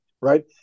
right